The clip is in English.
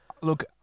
Look